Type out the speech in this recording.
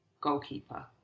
goalkeeper